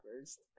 first